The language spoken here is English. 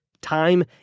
time